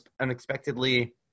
unexpectedly